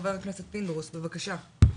חבר הכנסת פינדרוס, בבקשה.